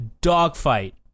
dogfight